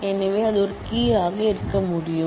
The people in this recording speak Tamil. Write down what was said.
எனவே அது ஒரு கீ ஆக இருக்க முடியும்